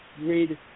read